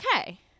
okay